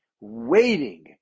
waiting